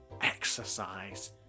Exercise